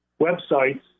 websites